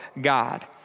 God